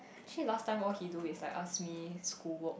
actually last time all he do is like ask me school work